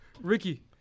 Ricky